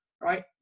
right